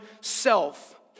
self